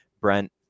brent